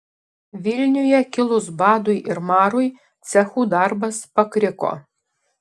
vilniuje kilus badui ir marui cechų darbas pakriko